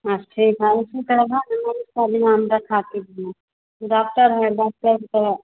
हाँ तो ठीक है इसी तरह ना बीमारी खाली नाम रखाते भी हैं कि डॉक्टर हैं डॉक्टर तो